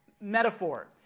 metaphor